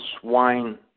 swine